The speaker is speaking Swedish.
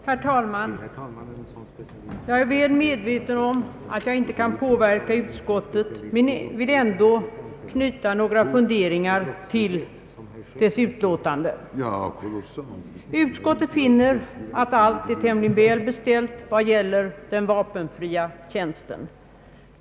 Herr talman! Jag är väl medveten om att jag inte kan påverka utskottet men vill ändå knyta några funderingar till dess utlåtande. Utskottet finner att allt är tämligen väl beställt vad det gäller den vapenfria tjänsten.